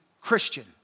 Christian